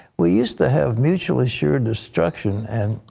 we used to have mutually assured destruction, and,